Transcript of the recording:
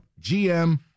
GM